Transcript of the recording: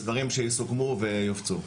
זה דברים שיסוכמו ויופצו.